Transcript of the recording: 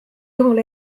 juhul